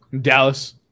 Dallas